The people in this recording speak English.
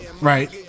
Right